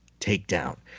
takedown